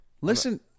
Listen